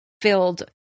filled